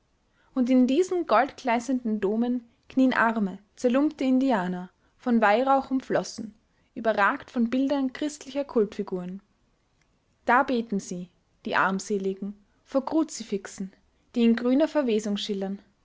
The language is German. und in diesen goldgleißenden domen knien arme zerlumpte indianer von weihrauch umflossen überragt von bildern christlicher kultfiguren da beten sie die armseligen vor kruzifixen die in grüner verwesung schillern